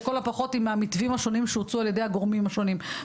לכל הפחות עם המתווים השונים שהוצעו על ידי הגורמים השונים.